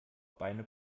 beine